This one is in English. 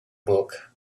book